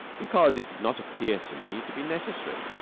because it did not appear to me to be necessary.